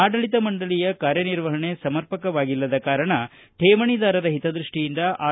ಅಡಳಿತ ಮಂಡಳಿಯ ಕಾರ್ಯನಿರ್ವಹಣೆ ಸಮರ್ಪಕವಾಗಿಲ್ಲದ ಕಾರಣ ಕೇವಣಿದಾರರ ಹಿತದ್ಬಷ್ಷಿಯಿಂದ ಆರ್